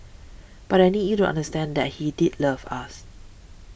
but I need you to understand that he did love us